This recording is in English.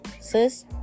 sis